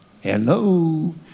Hello